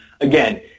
again